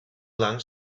lang